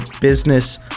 business